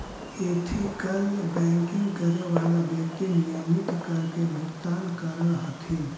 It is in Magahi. एथिकल बैंकिंग करे वाला व्यक्ति नियमित कर के भुगतान करऽ हथिन